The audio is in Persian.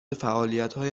فعالیتهای